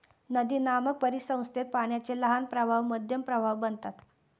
नदीनामक परिसंस्थेत पाण्याचे लहान प्रवाह मध्यम प्रवाह बनतात